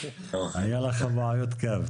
היה לך בעיות קו.